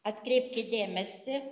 atkreipkit dėmesį